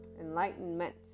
enlightenment